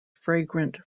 fragrant